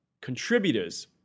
contributors